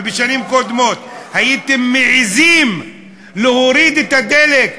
ובשנים קודמות הייתם מעזים להוריד את מחיר הדלק,